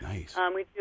Nice